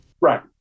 Right